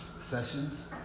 sessions